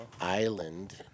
island